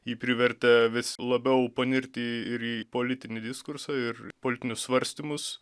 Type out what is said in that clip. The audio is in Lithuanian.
jį privertė vis labiau panirti ir į politinį diskursą ir politinius svarstymus